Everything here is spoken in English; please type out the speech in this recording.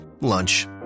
Lunch